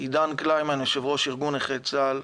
עידן קלימן, יושב-ראש ארגון נכי צה"ל,